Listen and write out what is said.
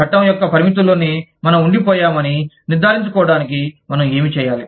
చట్టం యొక్క పరిమితుల్లోనే మనం ఉండిపోయామని నిర్ధారించుకోవడానికి మనం ఏమి చేయాలి